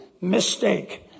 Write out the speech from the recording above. mistake